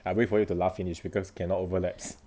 I wait for you to laugh finish because cannot overlaps